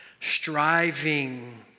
striving